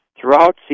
Throughout